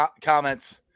comments